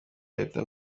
leta